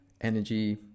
energy